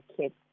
kids